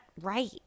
right